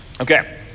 Okay